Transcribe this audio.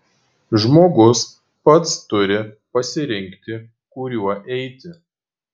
žmogus pats turi pasirinkti kuriuo eiti